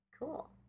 Cool